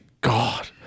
God